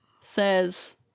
says